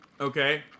okay